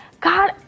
God